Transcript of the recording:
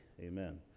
Amen